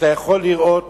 שאתה יכול לראות